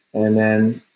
and then,